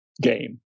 game